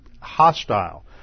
hostile